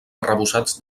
arrebossats